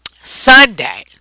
Sunday